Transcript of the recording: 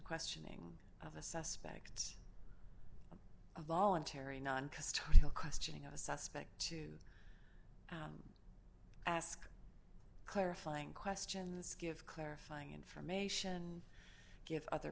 questioning of a suspect a voluntary non custodial questioning of a suspect to ask clarifying questions give clarifying information give other